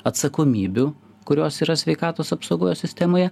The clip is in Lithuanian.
atsakomybių kurios yra sveikatos apsaugos sistemoje